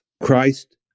Christ